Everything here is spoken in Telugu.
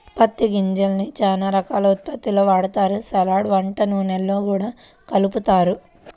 పత్తి గింజల్ని చానా రకాల ఉత్పత్తుల్లో వాడతారు, సలాడ్, వంట నూనెల్లో గూడా కలుపుతారు